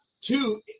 Two